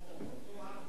עשינו החלפות.